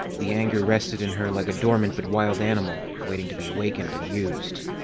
the anger rested in her like a dormant but wild animal, waiting to be awakened and used.